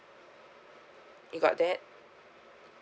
you got that